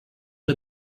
and